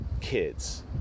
kids